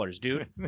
dude